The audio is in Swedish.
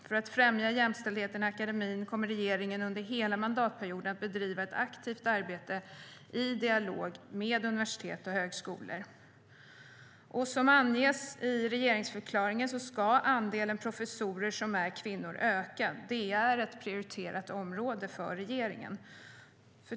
För att främja jämställdheten i akademin kommer regeringen under hela mandatperioden att bedriva ett aktivt arbete i dialog med universitet och högskolor. Som anges i regeringsförklaringen ska andelen professorer som är kvinnor öka. Det är ett prioriterat område för regeringen.